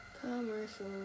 commercial